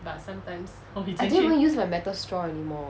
I didn't even use my metal straw anymore